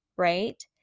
Right